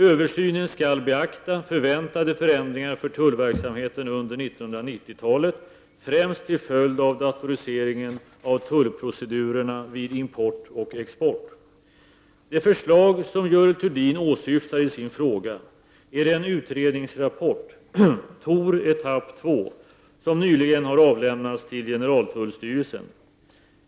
Översynen skall beakta förväntade förändringar för tullverksamheten under 1990-talet, främst till följd av datoriseringen av tullprocedurerna vid import och export. Det förslag som Görel Thurdin åsyftar i sin fråga är den utredningsrapport, TOR Etapp 2, som nyligen har avlämnats till generaltullstyrelsen.